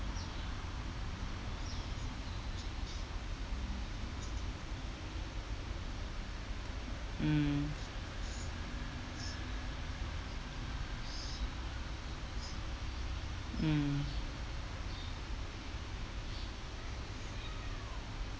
mm mm